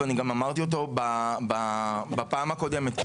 ואני גם אמרתי אותו בפעם הקודמת.